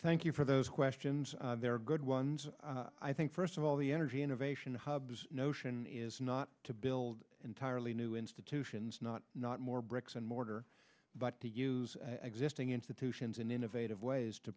thank you for those questions they're good ones i think first of all the energy innovation notion is not to build entirely new institutions not not more bricks and mortar but to use existing institutions in innovative ways to